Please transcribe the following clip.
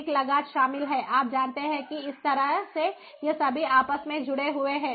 अधिक लागत शामिल है आप जानते हैं कि इस तरह से ये सभी आपस में जुड़े हुए हैं